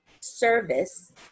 service